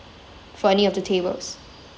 for any of the tables